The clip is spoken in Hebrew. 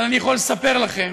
אבל אני יכול לספר לכם